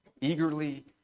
eagerly